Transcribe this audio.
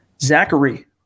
Zachary